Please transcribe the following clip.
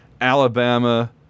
Alabama